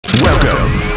Welcome